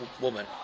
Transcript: woman